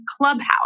Clubhouse